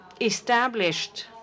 established